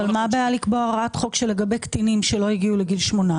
מה הבעיה לקבוע שלגבי קטינים שלא הגיעו לגיל 18